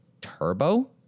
turbo